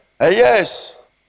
Yes